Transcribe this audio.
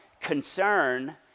Concern